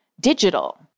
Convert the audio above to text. digital